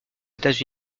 états